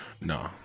No